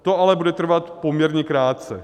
To ale bude trvat poměrně krátce.